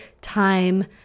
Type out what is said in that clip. time